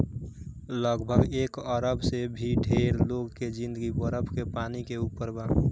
लगभग एक अरब से भी ढेर लोग के जिंदगी बरफ के पानी के ऊपर बा